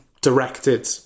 directed